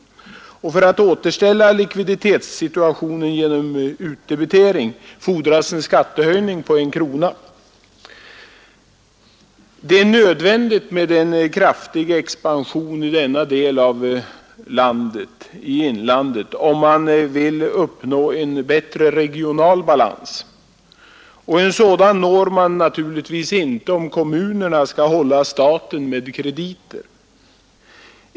För att man skall kunna återställa likviditetsituationen genom utdebitering fordras en skattehöjning på en Det är nödvändigt med en kraftig expansion i denna del av inlandet om man vill uppna en bättre regional balans. och en sådan når man naturligtvis inte om kommunerna skall halla staten med krediter.